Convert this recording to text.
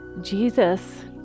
Jesus